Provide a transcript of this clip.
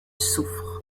soufre